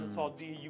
Saudi